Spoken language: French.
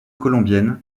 colombienne